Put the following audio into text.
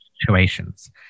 situations